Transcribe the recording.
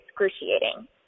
excruciating